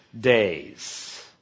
days